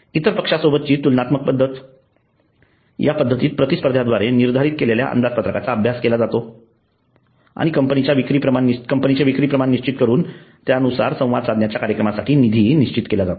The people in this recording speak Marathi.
इतर पक्षांसोबतची तुलनात्मक पद्धत या पद्धतीत प्रतिस्पर्ध्यांद्वारे निर्धारित केलेल्या अंदाजपत्रकाचा अभ्यास केला जातो आणि कंपनीच्या विक्रीचे प्रमाण निश्चित करून त्यानुसार संवाद साधण्याच्या कार्यक्रमासाठी निधी निश्चित केला जातो